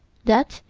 that,